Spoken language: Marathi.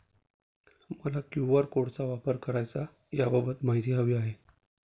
मला क्यू.आर कोडचा वापर कसा करायचा याबाबत माहिती हवी आहे